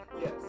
Yes